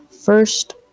first